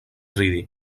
ridi